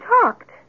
talked